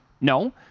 No